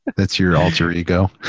that's your alter ego?